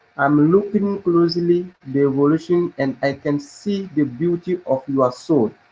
i'm looking closely the evolution and i can see the beauty of your soul.